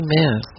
Amen